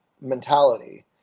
mentality